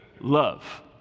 Love